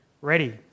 ready